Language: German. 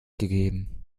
gegeben